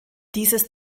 dieses